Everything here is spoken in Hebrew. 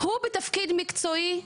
הוא בתפקיד מקצועי,